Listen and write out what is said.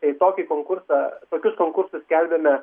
tai tokį konkursą tokius konkursus skelbiame